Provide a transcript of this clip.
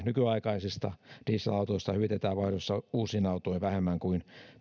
nykyaikaisista dieselautoista hyvitetään vaihdossa uusiin autoihin vähemmän kuin